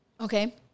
Okay